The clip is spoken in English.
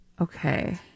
Okay